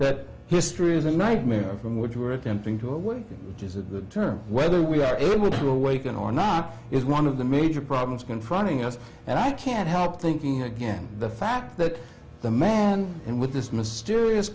that history is a nightmare from which you are attempting to one which is the term whether we are in with to awaken or not is one of the major problems confronting us and i can't help thinking again the fact that the man and with this mysterious